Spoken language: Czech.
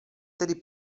tedy